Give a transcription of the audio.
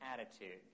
attitude